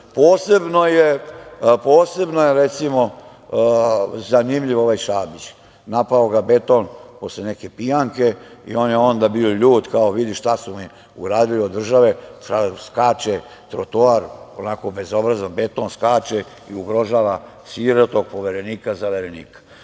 je recimo zanimljiv ovaj Šabić. Napao ga beton posle neke pijanke i on je onda bio ljut, kao, vidi šta su mi uradili od države, skače trotoar, onako bezobrazan beton skače i ugrožava sirotog Poverenika zaverenika.